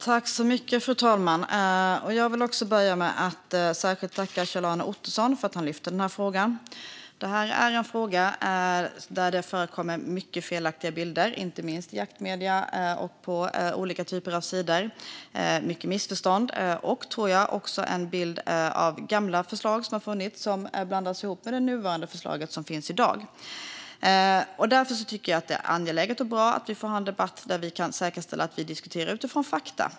Fru talman! Jag vill börja med att särskilt tacka Kjell-Arne Ottosson för att han lyfter upp denna fråga. Det är en fråga där det förekommer många felaktiga bilder, inte minst i jaktmedier och på olika typer av sidor. Det är många missförstånd och, tror jag, också en bild av gamla förslag som har funnits och som blandas ihop med det nuvarande förslag som finns i dag. Därför tycker jag att det är angeläget och bra att vi får ha en debatt där vi kan säkerställa att vi diskuterar utifrån fakta.